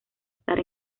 estar